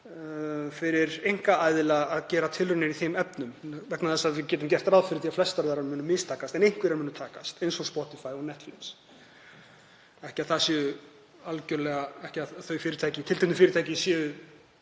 frekar einkaaðila að gera tilraunir í þeim efnum vegna þess að við getum gert ráð fyrir því að flestar þeirra muni mistakast en einhverjar muni takast, eins og Spotify og Netflix. Ekki að þau tilteknu fyrirtæki séu